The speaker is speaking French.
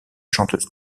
chanteuse